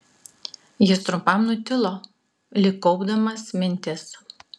jis trumpam nutilo lyg kaupdamas mintis